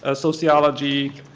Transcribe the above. ah sociology,